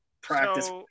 practice